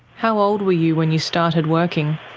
how old were you when you started working?